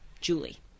Julie